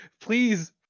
Please